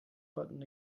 button